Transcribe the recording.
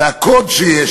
והקוד שיש,